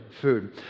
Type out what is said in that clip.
food